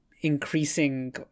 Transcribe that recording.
increasing